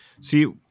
See